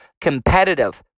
competitive